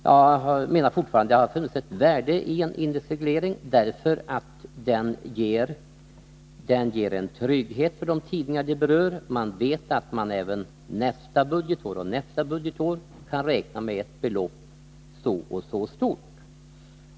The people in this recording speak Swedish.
Jag menar fortfarande att det funnits värde i en indexreglering, därför att den ger en trygghet för de tidningar som berörs. Man vet att man även nästa budgetår och nästa kan räkna med ett belopp, så och så stort.